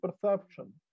perception